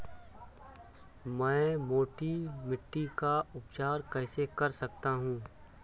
मैं मोटी मिट्टी का उपचार कैसे कर सकता हूँ?